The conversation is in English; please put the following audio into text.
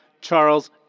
Charles